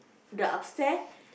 the upstair